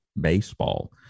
Baseball